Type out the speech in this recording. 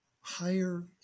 higher